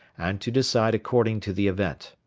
and to decide according to the event.